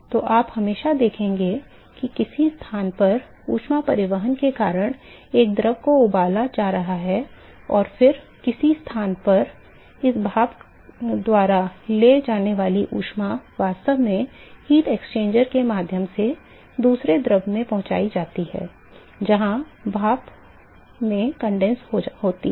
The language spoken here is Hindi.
तो आप हमेशा देखेंगे कि किसी स्थान पर ऊष्मा परिवहन के कारण एक द्रव को उबाला जा रहा है और किसी स्थान पर इस भाप द्वारा ले जाने वाली ऊष्मा वास्तव में ऊष्मा विनिमायक के माध्यम से दूसरे द्रव में पहुँचाई जाती है जहाँ भाप वास्तव में संघनित होती है